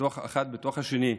אחד בתוך השני.